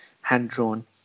hand-drawn